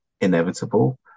inevitable